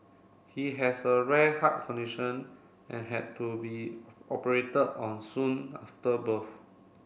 he has a rare heart condition and had to be operated on soon after birth